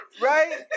Right